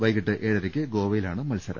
വൈകീട്ട് ഏഴരയ്ക്ക് ഗോവയിലാണ് മത്സരം